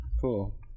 Cool